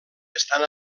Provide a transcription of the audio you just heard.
estan